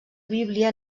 bíblia